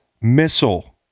missile